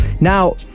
now